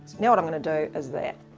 now what i'm gonna do is that,